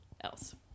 else